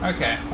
Okay